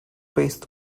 based